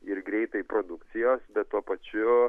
ir greitai produkcijos bet tuo pačiu